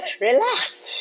relax